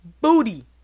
booty